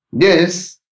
Yes